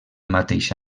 mateix